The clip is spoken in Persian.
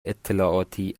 اطلاعاتی